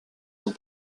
sont